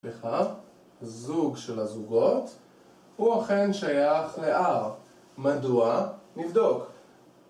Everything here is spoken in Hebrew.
זוג של הזוגות הוא אכן שייך ל-R. מדוע? נבדוק